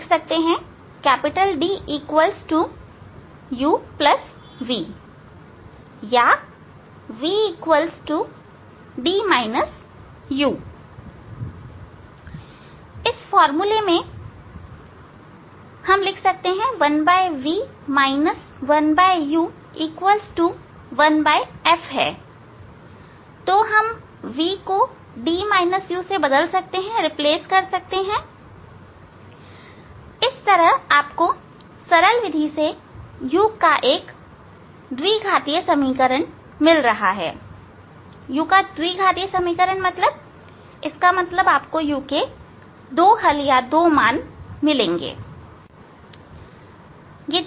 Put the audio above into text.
D u v या v D u इस फार्मूले में 1 v 1 u 1f है तो हम v को D u से बदल सकते हैं इस तरह आपको सरल विधि से u की द्विघातीय समीकरण मिल रहा है u द्विघात समीकरण इसका मतलब आपको u के दो हल या मान मिलेंगे